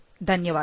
ధన్యవాదాలు